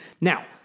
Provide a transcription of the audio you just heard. Now